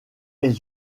est